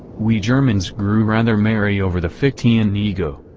we germans grew rather merry over the fichtean ego.